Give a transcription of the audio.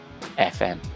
FM